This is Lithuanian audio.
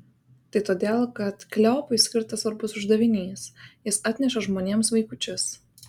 tai todėl kad kleopui skirtas svarbus uždavinys jis atneša žmonėms vaikučius